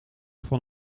van